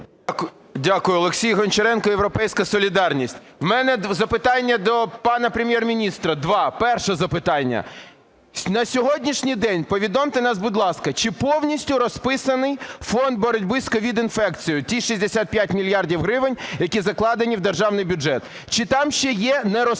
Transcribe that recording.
Дякую. Олексій Гончаренко, "Європейська солідарність". У мене запитання до пана Прем'єр-міністра два. Перше запитання. На сьогоднішній день, повідомте нас, будь ласка. Чи повністю розписаний Фонд боротьби з COVID-інфекцією, ті 65 мільярдів гривень, які закладені в державний бюджет? Чи там ще є нерозписаний